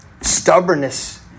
stubbornness